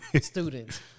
students